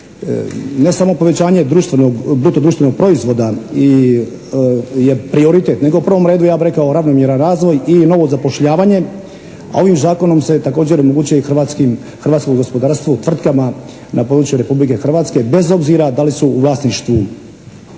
bruto društvenog proizvoda i je prioritet nego u prvom redu ja bih rekao ravnomjeran razvoj i novo zapošljavanje, a ovim Zakonom se također omogućuje i hrvatskom gospodarstvu, tvrtkama na području Republike Hrvatske bez obzira da li su u vlasništvu